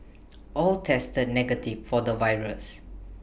all tested negative for the virus